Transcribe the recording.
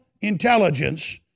intelligence